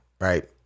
right